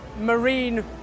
marine